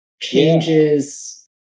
changes